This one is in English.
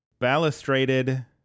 balustrated